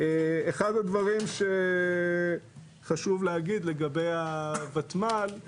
אחד הדברים שחשוב להגיד לגבי הוותמ"ל,